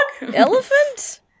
Elephant